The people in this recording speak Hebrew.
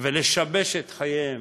ולשבש את חייהם.